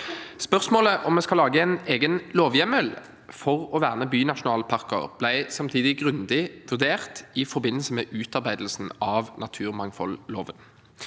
Spørsmålet om hvorvidt vi skal lage en egen lovhjemmel for å verne bynasjonalparker ble samtidig grundig vurdert i forbindelse med utarbeidelsen av naturmangfoldloven.